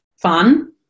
Fun